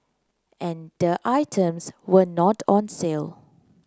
and the items were not on sale